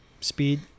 speed